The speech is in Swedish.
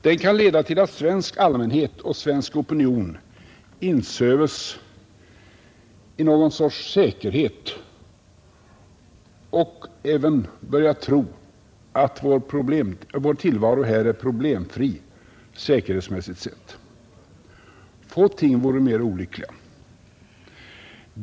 Den kan leda till att svensk allmänhet och svensk opinion insöves i någon sorts säkerhet och även börjar tro att vår tillvaro här är problemfri säkerhetsmässigt sett. Få ting vore mer olyckliga.